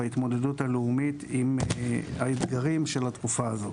בהתמודדות הלאומית עם האתגרים של התקופה הזאת.